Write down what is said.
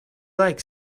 like